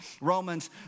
Romans